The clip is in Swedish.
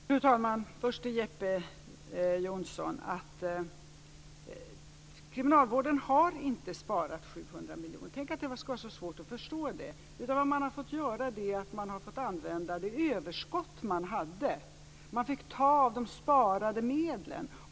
Fru talman! Först vill jag säga till Jeppe Johnsson att kriminalvården inte har sparat 700 miljoner. Tänk att det ska vara så svårt att förstå det! Vad man har fått göra är i stället att använda det överskott som man hade - man fick ta av de sparade medlen.